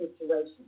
situation